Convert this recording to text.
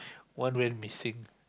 one went missing